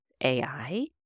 AI